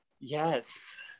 Yes